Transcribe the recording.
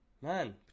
Man